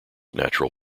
natural